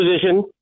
position